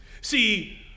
See